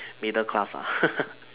middle class ah